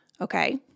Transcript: Okay